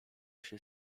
się